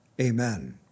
Amen